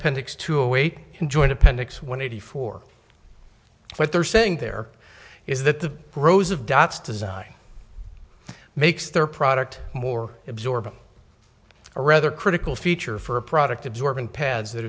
appendix to await joint appendix one eighty four what they're saying there is that the rows of dots design makes their product more absorbent or rather critical feature for a product absorbent pads that